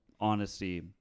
honesty